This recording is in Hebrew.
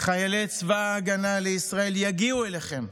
חיילי צבא ההגנה לישראל יגיעו אליכם,